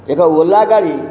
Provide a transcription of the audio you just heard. ଏକ ଓଲା ଗାଡ଼ି